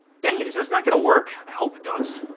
dang it is this not gonna work? i hope it does.